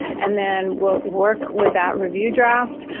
and then we'll work with that review draft.